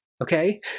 okay